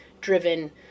driven